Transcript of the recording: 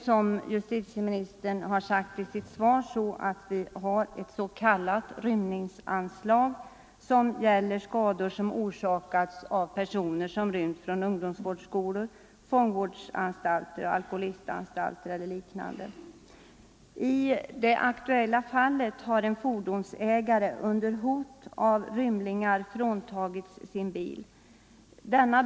Som justitieministern har sagt i sitt svar har vi ett s.k. rymningsanslag som gäller skador som orsakats av personer som rymt från ungdoms vårdsskolor, fångvårdsanstalter, alkoholistanstalter eller liknande. I det aktuella fallet har en fordonsägare under hot av rymlingar från Ang.